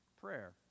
prayer